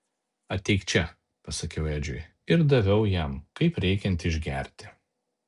ateik čia pasakiau edžiui ir daviau jam kaip reikiant išgerti